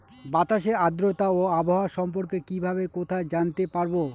বাতাসের আর্দ্রতা ও আবহাওয়া সম্পর্কে কিভাবে কোথায় জানতে পারবো?